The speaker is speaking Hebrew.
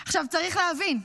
עכשיו, צריך להבין: